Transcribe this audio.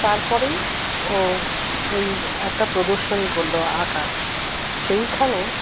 তারপরেই ও ওই একটা প্রদর্শনী করলো আঁকার সেইখানে